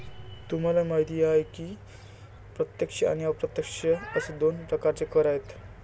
तुम्हाला माहिती आहे की प्रत्यक्ष आणि अप्रत्यक्ष असे दोन प्रकारचे कर आहेत